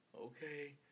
okay